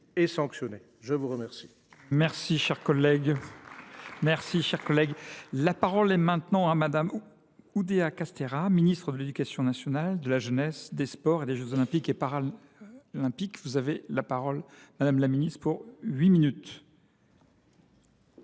je vous remercie,